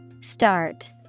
Start